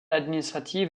administrative